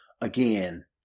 again